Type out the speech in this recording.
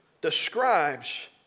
describes